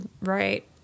right